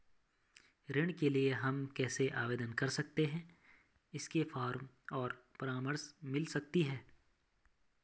ऋण के लिए हम कैसे आवेदन कर सकते हैं इसके फॉर्म और परामर्श मिल सकती है?